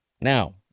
Now